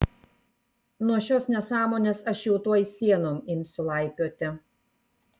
nuo šios nesąmonės aš jau tuoj sienom imsiu laipioti